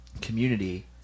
community